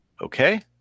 Okay